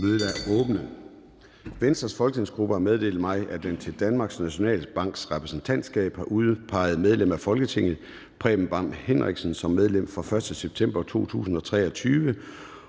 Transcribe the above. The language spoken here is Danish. Venstres folketingsgruppe har meddelt mig, at den til Danmarks Nationalbanks Repræsentantskab har udpeget medlem af Folketinget Preben Bang Henriksen som medlem fra den 1. september 2023